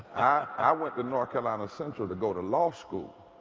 i went to north carolina central to go to law school.